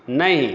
नहि